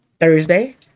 Thursday